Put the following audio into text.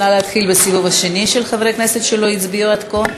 נא להתחיל בסיבוב השני של חברי הכנסת שלא הצביעו עד כה.